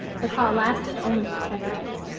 the call lasted only for ten minutes,